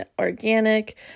organic